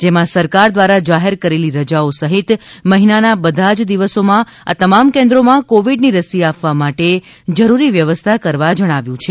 જેમાં સરકાર દ્વારા જાહેર કરેલી રજાઓ સહિત મહિનાના બધા જ દિવસોમાં આ તમામ કેન્દ્રોમાં કોવિડની રસી આપવા માટે જરૂરી વ્યવસ્થા કરવા જણાવ્યું છે